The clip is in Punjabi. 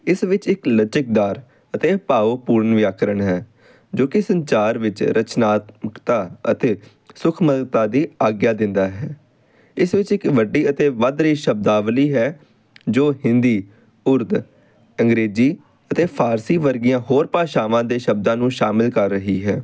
ਇਸ ਵਿੱਚ ਇੱਕ ਲਚਕਦਾਰ ਅਤੇ ਭਾਵ ਪੂਰਨ ਵਿਆਕਰਨ ਹੈ ਜੋ ਕਿ ਸੰਚਾਰ ਵਿੱਚ ਰਚਨਾਤਮਕਤਾ ਸੁੱਖਮਤਾ ਦੀ ਆਗਿਆ ਦਿੰਦਾ ਹੈ ਇਸ ਵਿੱਚ ਇੱਕ ਵੱਡੀ ਅਤੇ ਵੱਧ ਰਹੀ ਸ਼ਬਦਾਵਲੀ ਹੈ ਜੋ ਹਿੰਦੀ ਉਰਧ ਅੰਗਰੇਜ਼ੀ ਅਤੇ ਫਾਰਸੀ ਵਰਗੀਆਂ ਹੋਰ ਭਾਸ਼ਾਵਾਂ ਦੇ ਸ਼ਬਦਾਂ ਨੂੰ ਸ਼ਾਮਿਲ ਕਰ ਰਹੀ ਹੈ